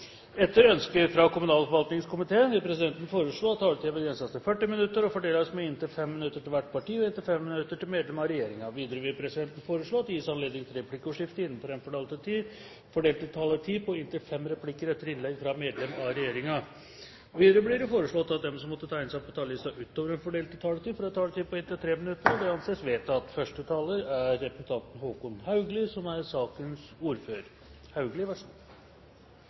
Etter ønske fra kommunal- og forvaltningskomiteen vil presidenten foreslå at taletiden begrenses til 40 minutter og fordeles med inntil 5 minutter til hvert parti og inntil 5 minutter til medlem av regjeringen. Videre vil presidenten foreslå at det gis anledning til replikkordskifte på inntil fem replikker med svar etter innlegget fra medlem av regjeringen innenfor den fordelte taletid. Videre blir det foreslått at de som måtte tegne seg på talerlisten utover den fordelte taletid, får en taletid på inntil 3 minutter. – Det anses vedtatt. Forslagsstillerne tar opp viktige temaer: for det første